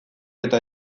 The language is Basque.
eta